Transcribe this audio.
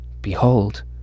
behold